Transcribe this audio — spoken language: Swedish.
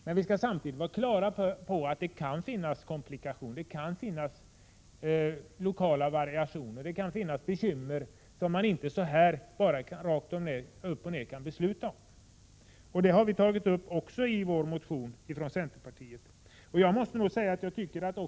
Men vi skall samtidigt vara på det klara med att det kan medföra komplikationer, bl.a. på grund av lokala variationer, som gör att man inte bara rakt upp och ned kan besluta om detta. Detta har vi från centerpartiet också tagit upp i vår motion.